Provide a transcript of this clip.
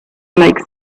like